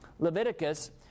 Leviticus